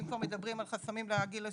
ואם כבר מדברים על חסמים לגיל השלישי,